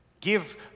Give